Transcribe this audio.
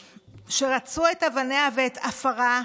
שרצו את אבניה ואת עפרה,